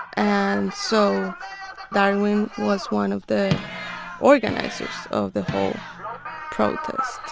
and so darwin was one of the organizers of the whole protest